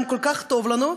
אם כל כך טוב לנו,